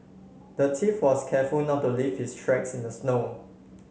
the thief was careful not to leave his tracks in the snow